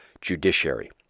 judiciary